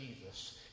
Jesus